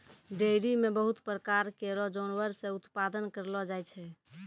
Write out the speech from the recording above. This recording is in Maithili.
डेयरी म बहुत प्रकार केरो जानवर से उत्पादन करलो जाय छै